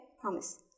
promise